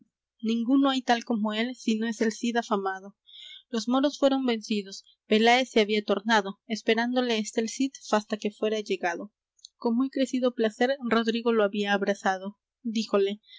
ninguno hay tal como él si no es el cid afamado los moros fueron vencidos peláez se había tornado esperándole está el cid fasta que fuera llegado con muy crecido placer rodrigo lo había abrazado díjole